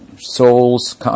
souls